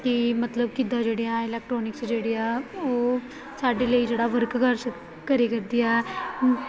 ਕਿ ਮਤਲਬ ਕਿੱਦਾਂ ਜਿਹੜੇ ਹੈ ਇਲੈਕਟਰੋਨਿਕਸ ਜਿਹੜੇ ਆ ਉਹ ਸਾਡੇ ਲਈ ਜਿਹੜਾ ਵਰਕ ਕਰ ਸ ਕਰਿਆ ਕਰਦੇ ਆ